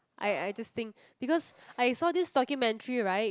I I just think because I saw this documentary right